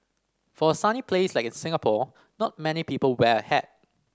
for a sunny place like Singapore not many people wear a hat